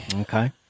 Okay